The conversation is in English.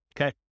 Okay